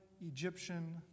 Egyptian